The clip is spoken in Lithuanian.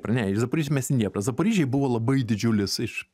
ne iš zaporižės mes į dnieprą zaporižėj buvo labai didžiulis iš